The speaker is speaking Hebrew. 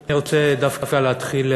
אני רוצה דווקא להתחיל,